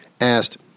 asked